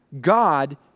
God